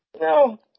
No